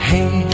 Hey